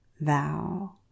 thou